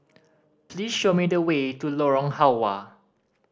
please show me the way to Lorong Halwa